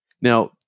Now